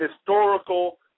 historical